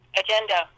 agenda